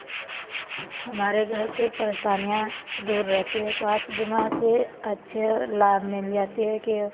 हमारे घर के परेशानियाँ दूर रहती है स्वास्थ बीमा से अच्छे लाभ मिल जाती है कि